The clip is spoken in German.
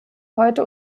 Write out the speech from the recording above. heute